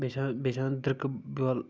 بیٚیہِ چھ آسان بیٚیہِ چھِ آسان دٔرکہٕ بیول